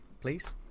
please